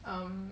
um